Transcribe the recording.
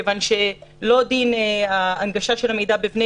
כיוון שלא דין ההנגשה של המידע בבני